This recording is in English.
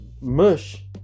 mush